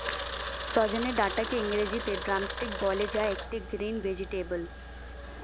সজনে ডাটাকে ইংরেজিতে ড্রামস্টিক বলে যা একটি গ্রিন ভেজেটাবেল